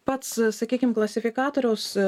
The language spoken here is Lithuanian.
pats sakykim klasifikatoriaus